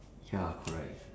ya correct